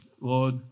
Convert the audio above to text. Lord